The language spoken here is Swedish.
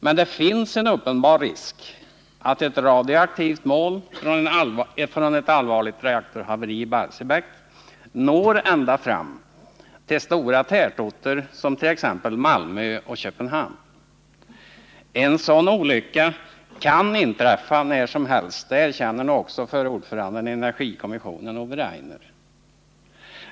Men det finns en uppenbar risk för att ett radioaktivt moln efter ett allvarligt reaktorhaveri i Barsebäck ”når ända fram” till stora tätorter som Malmö och Köpenhamn. En sådan olycka kan inträffa när som helst — det erkänner nu också förre ordföranden i energikommissionen, Ove Rainer.